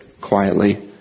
quietly